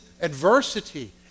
adversity